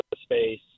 space